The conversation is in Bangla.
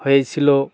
হয়েছিলো